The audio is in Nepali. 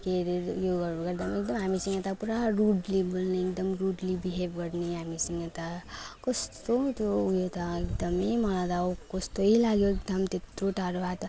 के अरे उयोहरू गर्दा हामीसँग त पुरा रुडली बोल्ने एकदम रुडली बिहेभ गर्ने हामीसँग त कस्तो त्यो उयो त एकदम मलाई त अब कस्तो लाग्यो एकदम त्यत्रो टाढो बाटो